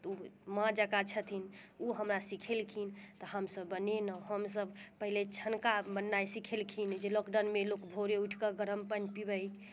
तऽ ओ माँ जकाँ छथिन ओ हमरा सीखेलखिन तऽ हमसब बनेलहुँ हमसब पहिले छनका बनेनाइ सीखेलखिन जे लॉकडाउनमे लोक भोरे उठि कऽ गरम पानि पिबैत